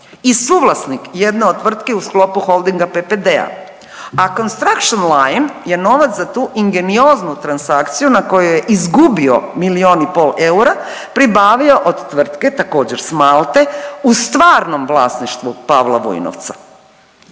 i suvlasnik jedne od tvrtki u sklopu Holdinga PPD-a, a Construction Line je novac za tu ingenioznu transakciju na kojoj je izgubio milijun i pol eura pribavio od tvrtke, također s Malte u stvarno vlasništvu Pavla Vujnovca.